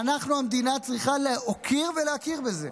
והמדינה צריכה להוקיר ולהכיר בזה.